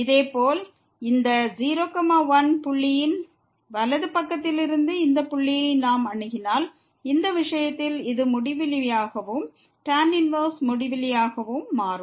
இதேபோல் இந்த 0 1 புள்ளியின் வலது பக்கத்தில் இருந்து இந்த புள்ளியை நாம் அணுகினால் இந்த விஷயத்தில் இது முடிவிலியாகவும் tan 1 முடிவிலியாகவும் மாறும்